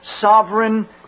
sovereign